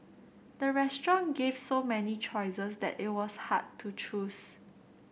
the restaurant gave so many choices that it was hard to choose